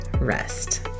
rest